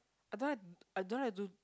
I don't like I don't like to do